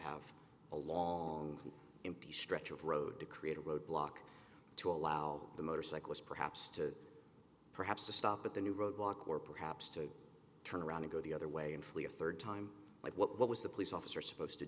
have a long empty stretch of road to create a road block to allow the motorcyclists perhaps to perhaps to stop at the new roadblock or perhaps to turn around and go the other way and flee a third time but what was the police officer supposed to